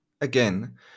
Again